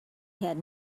had